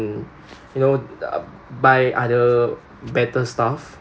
you know uh buy other better stuff